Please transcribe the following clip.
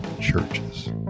churches